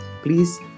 Please